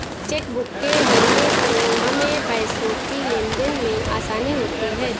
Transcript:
chequebook के होने से हमें पैसों की लेनदेन में आसानी होती हैँ